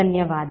ಧನ್ಯವಾದ